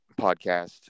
podcast